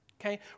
Okay